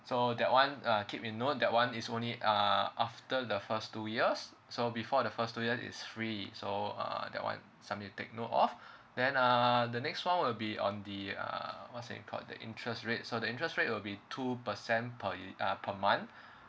so that one uh keep in note that one is only uh after the first two years so before the first two years is free so uh that one something to take note of then uh the next one will be on the uh what's it called the interest rate so the interest rate will be two percent per uh per month